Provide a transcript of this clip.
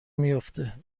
میافته